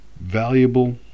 valuable